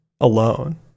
alone